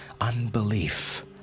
Unbelief